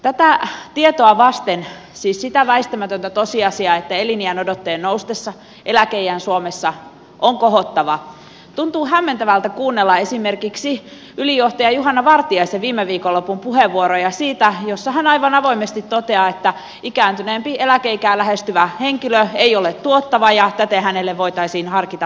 tätä tietoa vasten siis sitä väistämätöntä tosiasiaa että eliniänodotteen noustessa eläkeiän suomessa on kohottava tuntuu hämmentävältä kuunnella esimerkiksi ylijohtaja juhana vartiaisen viime viikonlopun puheenvuoroja joissa hän aivan avoimesti toteaa että ikääntyneempi eläkeikää lähestyvä henkilö ei ole tuottava ja täten hänelle voitaisiin harkita palkanalennuksia